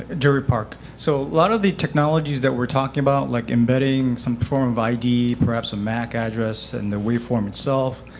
ah jerry park. so a lot of the technologies that we're talking about, like embedding some form of id, perhaps a mac address and the waveform itself,